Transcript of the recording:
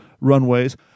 runways